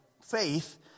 faith